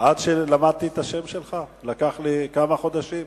עד שלמדתי את השם שלך לקח לי כמה חודשים.